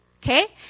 Okay